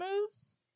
moves